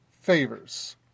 favors